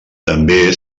també